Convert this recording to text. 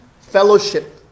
fellowship